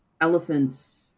elephants